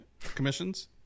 commissions